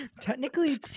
Technically